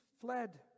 fled